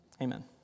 Amen